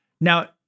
Now